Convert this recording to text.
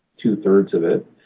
two three of it.